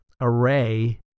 array